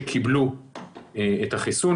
שקיבלו את החיסון,